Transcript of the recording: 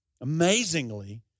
Amazingly